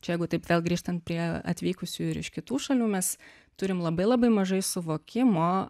jeigu taip vėl grįžtant prie atvykusiųjų ir iš kitų šalių mes turim labai labai mažai suvokimo